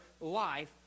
life